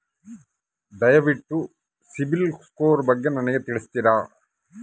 ದಯವಿಟ್ಟು ಸಿಬಿಲ್ ಸ್ಕೋರ್ ಬಗ್ಗೆ ನನಗೆ ತಿಳಿಸ್ತೀರಾ?